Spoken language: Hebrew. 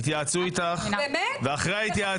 יתייעצו איתך ואחרי ההתייעצות --- באמת?